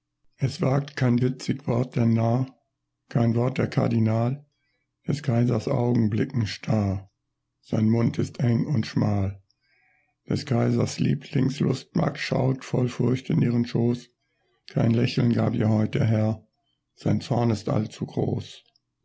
es wagt kein witzig wort der narr kein wort der kardinal des kaisers augen blicken starr sein mund ist eng und schmal des kaisers lieblingslustmagd schaut voll furcht in ihren schoß kein lächeln gab ihr heut der herr sein zorn ist allzu groß